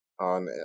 on